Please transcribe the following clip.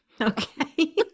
Okay